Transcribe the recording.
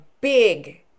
big